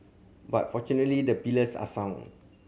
but fortunately the pillars are sound